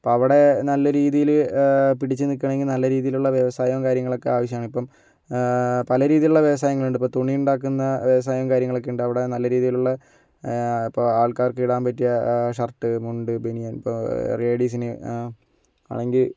അപ്പോൾ അവിടെ നല്ലരീതിയിൽ പിടിച്ചുനിൽക്കണമെങ്കിൽ നല്ല രീതിയിലുള്ള വ്യവസായവും കാര്യങ്ങളൊക്കെ ആവശ്യമാണ് ഇപ്പം പല രീതിയിലുള്ള വ്യവസായങ്ങളുണ്ട് ഇപ്പോൾ തുണി ഉണ്ടാക്കുന്ന വ്യവസായവും കാര്യങ്ങളൊക്കെയുണ്ട് അവിടെ നല്ല രീതിയിലുള്ള ഇപ്പോൾ ആൾക്കാർക്ക് ഇടാൻ പറ്റിയ ഷർട്ട് മുണ്ട് ബനിയൻ ഇപ്പോൾ ലേഡീസിന് ആണെങ്കിൽ